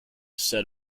set